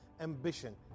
ambition